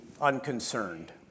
unconcerned